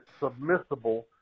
submissible